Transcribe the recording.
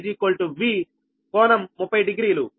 కాబట్టి Vab V∟300 డిగ్రీలు